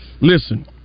listen